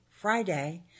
Friday